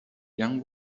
young